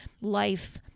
life